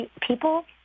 people